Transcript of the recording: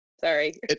Sorry